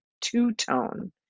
Two-Tone